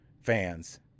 fans